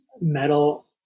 metal